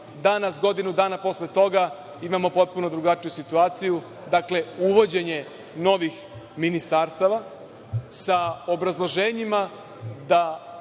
Danas, godinu dana posle toga, imamo potpuno drugačiju situaciju, uvođenje novih ministarstava sa obrazloženjima da